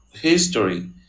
history